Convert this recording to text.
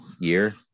year